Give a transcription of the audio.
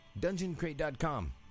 DungeonCrate.com